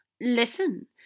Listen